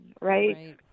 Right